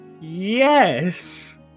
Yes